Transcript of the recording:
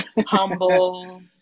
humble